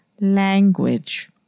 language